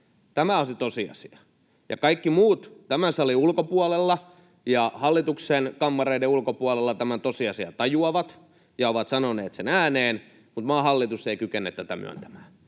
Tämä on se tosiasia. Kaikki muut tämän salin ulkopuolella ja hallituksen kammareiden ulkopuolella tämän tosiasian tajuavat ja ovat sanoneet sen ääneen, mutta maan hallitus ei kykene tätä myöntämään.